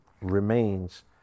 remains